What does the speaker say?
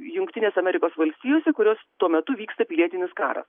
jungtinės amerikos valstijose kurios tuo metu vyksta pilietinis karas